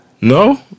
No